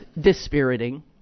dispiriting